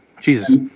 Jesus